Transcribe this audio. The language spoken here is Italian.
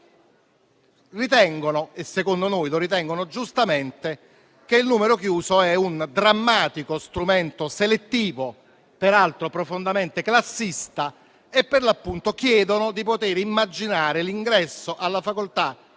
- ritengono - e secondo noi lo ritengono giustamente - che il numero chiuso è un drammatico strumento selettivo, peraltro profondamente classista, e chiedono di poter immaginare l'ingresso alla facoltà